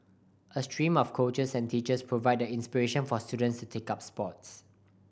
a stream of coaches and teachers provide the inspiration for students to take up sports